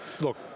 look